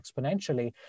exponentially